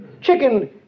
Chicken